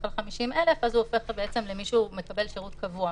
כלל 50 אלף אז הוא הופך למי שהוא מקבל שירות קבוע.